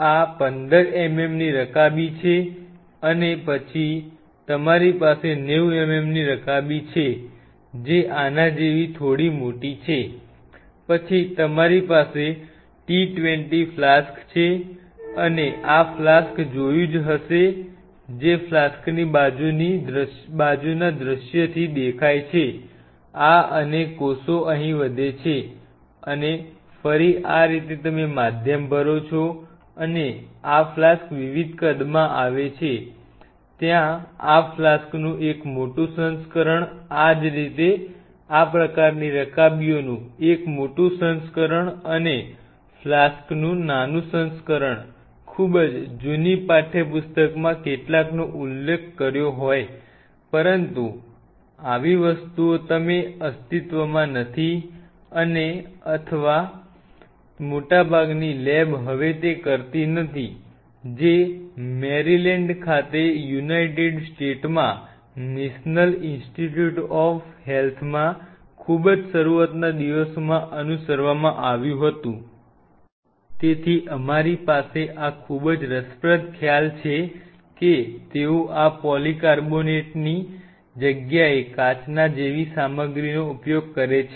આ 15 mm ની રકાબીઓ છે પછી તમારી પાસે 90 mm ની રકાબીઓ છે જે આના જેવી થોડી મોટી છે પછી તમારી પાસે t 20 ફ્લાસ્ક છે તમે આ ફ્લાસ્ક જોયું જ હશે જે ફ્લાસ્કની બાજુના દૃશ્યથી દેખાય છે આ અને કોષો અહીં વધે છે અને ફરી આ રીતે તમે માધ્યમ ભરો છો અને આ ફ્લાસ્ક વિવિધ કદમાં આવે છે ત્યાં આ ફ્લાસ્કનું એક મોટું સંસ્કરણ આ જ રીતે આ પ્રકારની રકાબીઓનું એક મોટું સંસ્કરણ અને ફ્લાસ્કનું નાનું સંસ્કરણ ખૂબ જ જૂની પાઠ્યપુસ્તકમાં કેટલાકનો ઉલ્લેખ કર્યો હોય પરંતુ આવી વસ્તુઓ હવે અસ્તિત્વમાં નથી અથવા મોટાભાગની લેબ હવે તે કરતી નથી જે મેરીલેન્ડ ખાતે યુનાઇટેડ સ્ટેટ્સમાં નેશનલ ઇન્સ્ટિટ્યુટ ઓફ હેલ્થમાં ખૂબ જ શરૂઆતના દિવસોમાં અનુસરવામાં આવ્યું હતું તેથી અમારી પાસે આ ખૂબ જ રસપ્રદ ખ્યાલ છે કે તેઓ આ પોલીકાર્બોનેટની જગ્યાએ કાચના જેવી સામગ્રીનો ઉપયોગ કરે છે